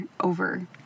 over